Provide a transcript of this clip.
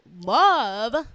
love